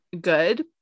good